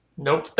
Nope